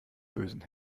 bösen